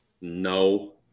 no